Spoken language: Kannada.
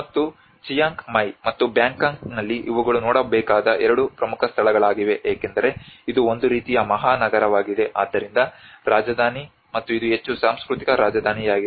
ಮತ್ತು ಚಿಯಾಂಗ್ ಮಾಯ್ ಮತ್ತು ಬ್ಯಾಂಕಾಕ್ನಲ್ಲಿ ಇವುಗಳು ನೋಡಬೇಕಾದ ಎರಡು ಪ್ರಮುಖ ಸ್ಥಳಗಳಾಗಿವೆ ಏಕೆಂದರೆ ಇದು ಒಂದು ರೀತಿಯ ಮಹಾನಗರವಾಗಿದೆ ಆದ್ದರಿಂದ ರಾಜಧಾನಿ ಮತ್ತು ಇದು ಹೆಚ್ಚು ಸಾಂಸ್ಕೃತಿಕ ರಾಜಧಾನಿಯಾಗಿದೆ